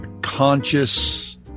conscious